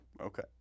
Okay